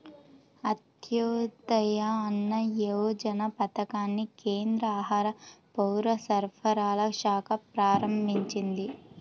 అంత్యోదయ అన్న యోజన పథకాన్ని కేంద్ర ఆహార, పౌరసరఫరాల శాఖ ప్రారంభించింది